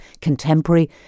contemporary